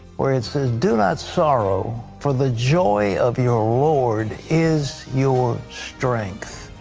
where it do not sorrow for the joy of your lord is your strength.